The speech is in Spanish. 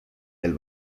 del